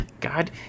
God